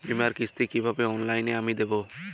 বীমার কিস্তি কিভাবে অনলাইনে আমি দেবো?